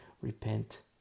Repent